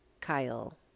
Kyle